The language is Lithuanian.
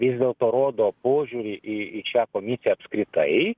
vis dėlto rodo požiūrį į į šią komisiją apskritai